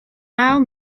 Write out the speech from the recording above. naw